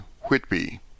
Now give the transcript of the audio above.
Whitby